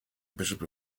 bishop